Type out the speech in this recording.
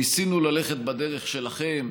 ניסינו ללכת בדרך שלכם.